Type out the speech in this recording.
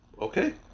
Okay